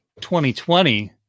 2020